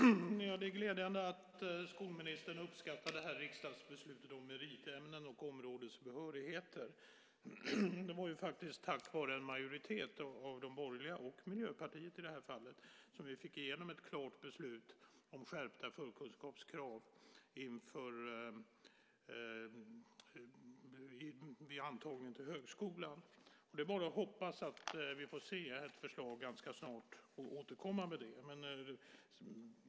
Herr talman! Det är glädjande att skolministern uppskattar riksdagsbeslutet om meritämnen och områdesbehörigheter. Det var faktiskt tack vare en majoritet av de borgerliga och Miljöpartiet som vi fick igenom ett klart beslut om skärpta förkunskapskrav vid antagning till högskolan. Det är bara att hoppas att vi får se ett förslag ganska snart och återkomma med det.